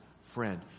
friend